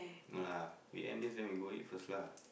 no lah we end this then we go eat first lah